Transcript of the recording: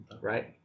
Right